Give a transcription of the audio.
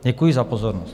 Děkuji za pozornost.